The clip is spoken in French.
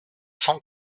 cent